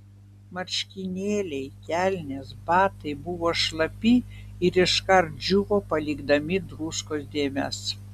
marškinėliai kelnės batai buvo šlapi ir iškart džiūvo palikdami druskos dėmes